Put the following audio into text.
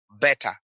better